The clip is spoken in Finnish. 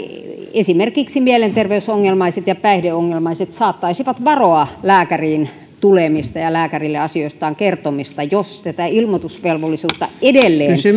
esimerkiksi mielenterveysongelmaiset ja päihdeongelmaiset saattaisivat varoa lääkäriin tulemista ja lääkärille asioistaan kertomista jos tätä ilmoitusvelvollisuutta edelleen